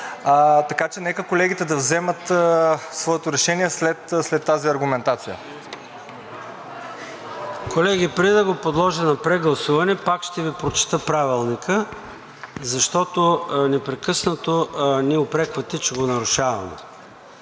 така че нека колегите да вземат своето решение след тази аргументация. ПРЕДСЕДАТЕЛ ЙОРДАН ЦОНЕВ: Колеги, преди да го подложа на прегласуване, пак ще Ви прочета Правилника, защото непрекъснато ни упреквате, че го нарушаваме.